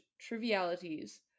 trivialities